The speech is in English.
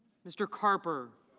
mr. carper.